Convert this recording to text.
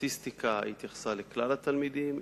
הסטטיסטיקה התייחסה לכלל התלמידים.